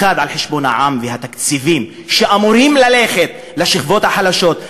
על חשבון העם והתקציבים שאמורים ללכת לשכבות החלשות,